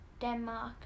Denmark